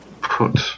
put